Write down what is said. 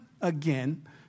again